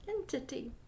entity